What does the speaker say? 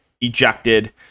ejected